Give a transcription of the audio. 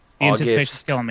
August